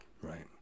right